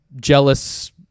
jealous